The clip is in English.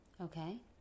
okay